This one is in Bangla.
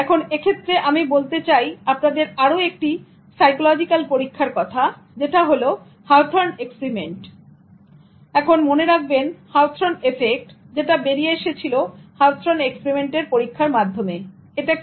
এখন এক্ষেত্রে আমি বলতে চাই আপনাদের আরো আরেকটি সাইকলজিক্যাল পরীক্ষার কথা যেটা হল HAWTHORNE experiment এবং মনে রাখবেন Hawthorne effectযেটা বেরিয়ে এসেছিল Hawthorne experiment এর পরীক্ষার মাধ্যমে এটা কি